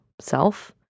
self